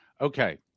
Okay